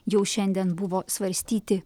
jau šiandien buvo svarstyti